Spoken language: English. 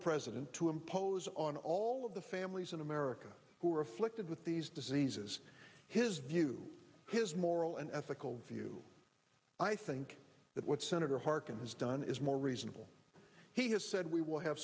president to impose on all of the families in america who are afflicted with these diseases his view his moral and ethical view i think that what senator harkin has done is more reasonable he has said we will have